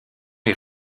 est